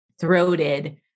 throated